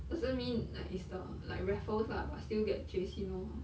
doesn't mean like it's the like raffles lah but still get J_C lor